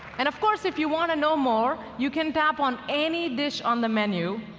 and of course, if you want to know more, you can tap on any dish on the menu,